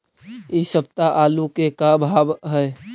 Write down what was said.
इ सप्ताह आलू के का भाव है?